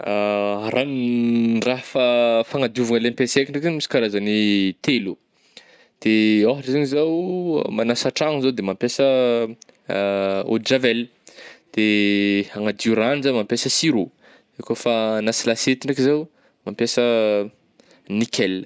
Ranon-draha fa- fagnadiovagna le ampisaiko ndray zany karazany telo, de ôhatra zany zao magnasa tragno, de mampiasa eau de javel, de agnadio ragno zah mampiasa sirop, io kô fa agnasa lasiety ndraika zao mampisa nickel.